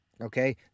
Okay